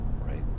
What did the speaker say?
right